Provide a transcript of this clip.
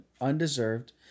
undeserved